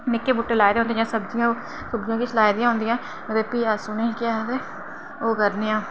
निक्के बूह्टे लाए दे होंदे जियां सब्जियां होइयां सब्जियां किश लाई दियां होंदियां ते प्ही उनेंगी अस किश ओह् करने आं